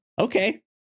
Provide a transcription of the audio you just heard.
okay